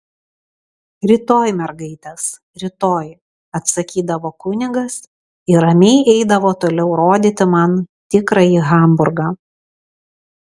rytoj mergaitės rytoj atsakydavo kunigas ir ramiai eidavo toliau rodyti man tikrąjį hamburgą